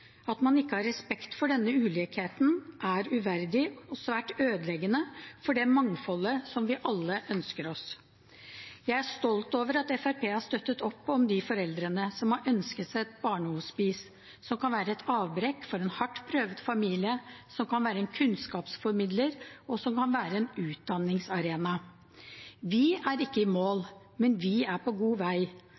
At man ikke har respekt for denne ulikheten, er uverdig og svært ødeleggende for det mangfoldet som vi alle ønsker oss. Jeg er stolt over at Fremskrittspartiet har støttet opp om de foreldrene som har ønsket et barnehospice, som kan være et avbrekk for en hardt prøvet familie, som kan være en kunnskapsformidler, og som kan være en utdanningsarena. Vi er ikke i mål, men vi er på god vei.